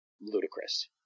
ludicrous